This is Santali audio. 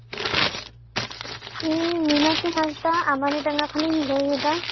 ᱤᱧ ᱢᱤᱱᱟᱠᱠᱷᱤ ᱦᱟᱸᱥᱫᱟ ᱟᱢᱟᱞᱤᱰᱟᱸᱜᱟ ᱠᱷᱚᱱᱤᱧ ᱞᱟᱹᱭᱮᱫᱟ